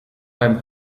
beim